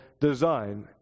design